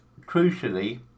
crucially